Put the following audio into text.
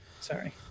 sorry